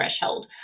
threshold